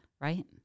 right